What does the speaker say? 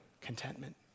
contentment